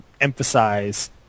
emphasize